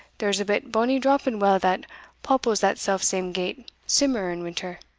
there's a bit bonny dropping well that popples that self-same gate simmer and winter